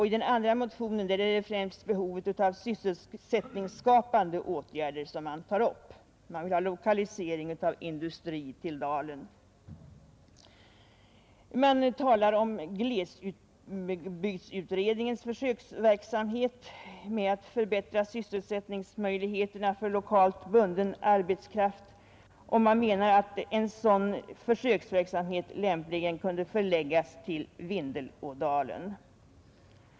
I den andra motionen tar man främst upp behovet av sysselsättningsskapande åtgärder. Man vill ha lokalisering av industri till dalen. Man talar om glesbygdsutredningens försöksverksamhet med att förbättra sysselsättningsmöjligheterna för lokalt bunden arbetskraft, och man menar att en sådan försöksverksamhet lämpligen kunde förläggas till Vindelådalen.